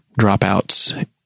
dropouts